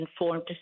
informed